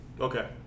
okay